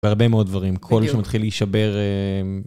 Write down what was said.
והרבה מאוד דברים. כל שמתחיל להישבר...